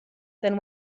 than